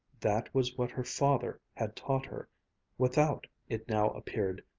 that was what her father had taught her without, it now appeared,